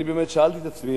אני באמת שאלתי את עצמי,